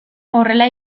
horrela